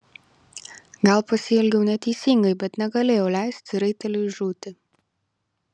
gal pasielgiau neteisingai bet negalėjau leisti raiteliui žūti